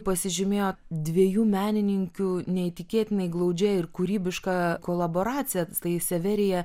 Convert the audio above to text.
pasižymėjo dviejų menininkių neįtikėtinai glaudžia ir kūrybiška kolaboracija tai severija